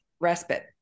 respite